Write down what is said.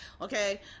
okay